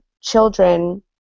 children